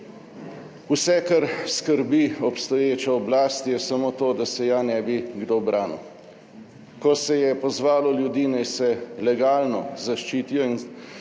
Vse, kar skrbi obstoječo oblast, je samo to, da se ja ne bi kdo branil. Ko se je pozvalo ljudi, naj se legalno zaščitijo –